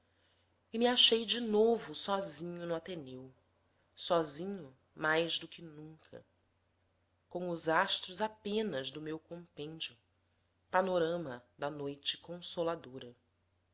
e me achei de novo sozinho no ateneu sozinho mais do que nunca com os astros apenas do meu compêndio panorama da noite consoladora